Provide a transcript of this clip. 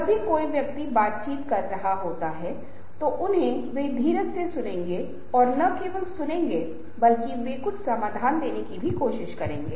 जैसा कि मैंने उल्लेख किया है कि यह मतभेद विचारों में नहीं है लेकिन मतभेद लोगों में हैं उनके व्यक्तित्व के कारण क्योंकि उनके पूर्वाग्रह उनके पूर्वाग्रहों के कारण है